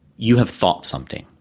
you have thought something,